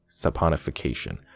saponification